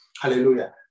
Hallelujah